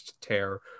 tear